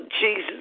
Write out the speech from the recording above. Jesus